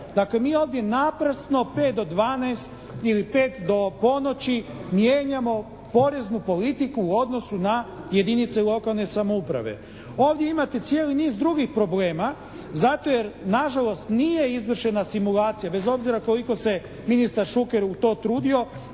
Dakle mi ovdje naprasno 5 do 12 ili 5 do ponoći mijenjamo poreznu politiku u odnosu na jedinice lokalne samouprave. Ovdje imate cijeli niz drugih problema zato jer na žalost nije izvršena simulacija bez obzira koliko se ministar Šuker u to trudio,